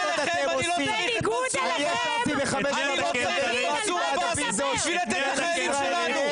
אני לא צריך את ווליד טהא ומנסור עבאס כדי לתת לחיילים שלנו.